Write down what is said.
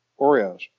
Oreos